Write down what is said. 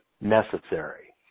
necessary